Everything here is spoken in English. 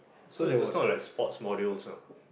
so it's just not like sports modules ah